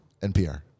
NPR